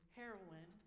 heroin